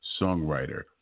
songwriter